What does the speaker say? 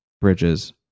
Bridges